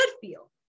feel